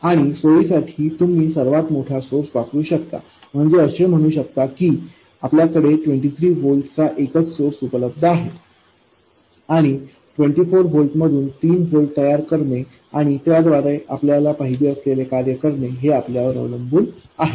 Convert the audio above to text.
आणि सोयीसाठी तुम्ही सर्वात मोठा सोर्स वापरू शकता म्हणजेच असे म्हणू शकतो की आपल्याकडे 23 व्होल्टचा एकच सोर्स उपलब्ध आहे आणि 23 व्होल्टमधून 3 व्होल्ट तयार करणे आणि त्याद्वारे आपल्याला पाहिजे असलेले कार्य करणे हे आपल्यावर अवलंबून आहे